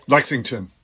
Lexington